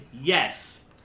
yes